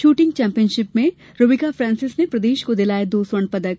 shooting championship में रूबिका फ्रांसिस ने प्रदेश को दिलाए दो स्वर्ण पदक